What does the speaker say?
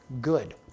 good